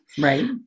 Right